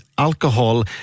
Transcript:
alcohol